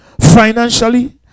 financially